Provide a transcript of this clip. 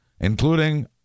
including